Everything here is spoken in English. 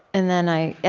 and then i,